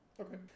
Okay